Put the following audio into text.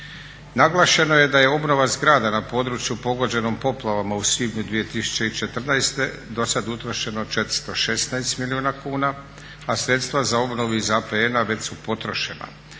Naglašeno je da je obnova zgrada na području pogođenom poplavama u svibnju 2014. do sada utrošeno 416 milijuna kuna a sredstva za obnovu iz APN-a već su potrošena.